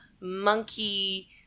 monkey